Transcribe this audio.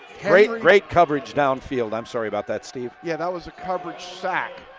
great great coverage downfield, i'm sorry about that steve. yeah that was a coverage sack.